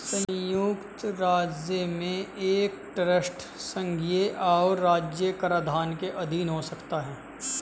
संयुक्त राज्य में एक ट्रस्ट संघीय और राज्य कराधान के अधीन हो सकता है